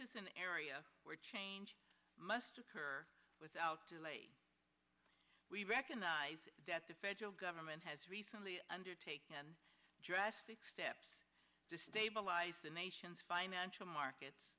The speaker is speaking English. is an area where change must occur without delay we recognize that the federal government has recently undertaken drastic steps to stabilize the nation's financial markets